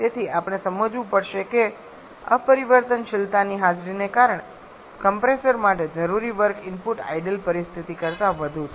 તેથી આપણે સમજવું પડશે કે અપરિવર્તનશીલતાની હાજરીને કારણે કમ્પ્રેસર માટે જરૂરી વર્ક ઇનપુટ આઇડલ પરિસ્થિતિ કરતાં વધુ છે